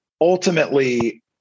ultimately